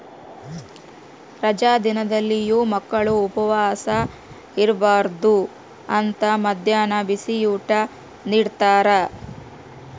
ರಜಾ ದಿನದಲ್ಲಿಯೂ ಮಕ್ಕಳು ಉಪವಾಸ ಇರಬಾರ್ದು ಅಂತ ಮದ್ಯಾಹ್ನ ಬಿಸಿಯೂಟ ನಿಡ್ತಾರ